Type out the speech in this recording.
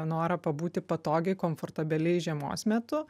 norą pabūti patogiai komfortabiliai žiemos metu